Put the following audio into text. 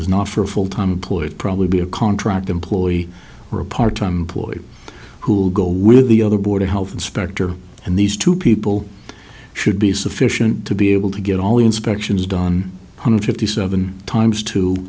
is not for full time employees probably be a contract employee or a part time employee who will go with the other board a health inspector and these two people should be sufficient to be able to get all the inspections done hundred fifty seven times to